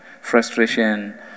Frustration